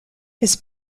his